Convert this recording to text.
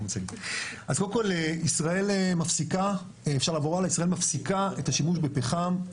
אז קודם כל ישראל מפסיקה את השימוש בפחם.